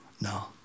No